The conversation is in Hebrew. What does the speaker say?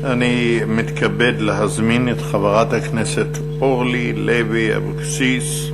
אני מתכבד להזמין את חברת הכנסת אורלי לוי אבקסיס,